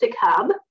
Hub